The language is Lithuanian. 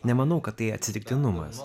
nemanau kad tai atsitiktinumas